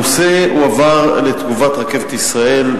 הנושא הועבר לתגובת "רכבת ישראל",